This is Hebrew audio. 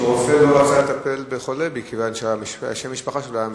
שרופא לא רצה לטפל בחולה מכיוון ששם משפחתו היה כהנא.